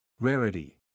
rarity